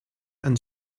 and